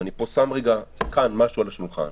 ואני שם פה רגע משהו על השולחן,